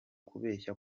kubeshya